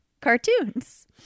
cartoons